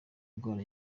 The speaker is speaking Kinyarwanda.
indwara